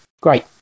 great